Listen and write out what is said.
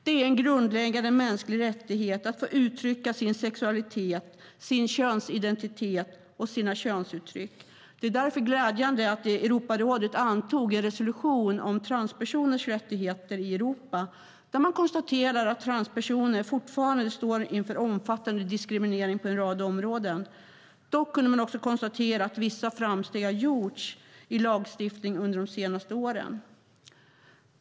Det är en grundläggande mänsklig rättighet att få uttrycka sin sexualitet, sin könsidentitet och sina könsuttryck. Det är därför glädjande att Europarådet antog en resolution om transpersoners rättigheter i Europa där man konstaterar att transpersoner fortfarande står inför omfattande diskriminering på en rad områden. Dock kunde man konstatera att vissa framsteg har gjorts i lagstiftning under de senaste åren.